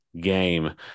game